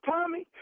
Tommy